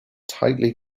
tightly